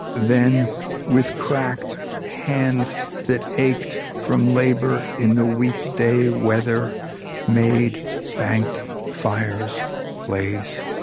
then with cracked hands that ached from labor in the weekday weather made banked fires blaze.